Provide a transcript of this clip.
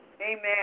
amen